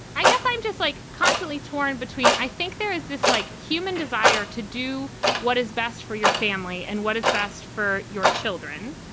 i guess i'm just like constantly torn between. i think there is this like human desire to do what is best for your family and what is best for your children.